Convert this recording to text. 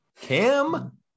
Cam